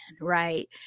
right